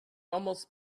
almost